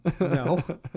No